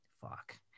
fuck